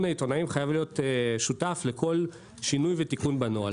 העיתונאים חייב להיות שותף לכל שינוי ותיקון בנוהל,